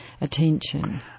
attention